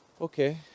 Okay